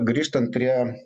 grįžtant prie